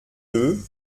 deux